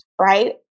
right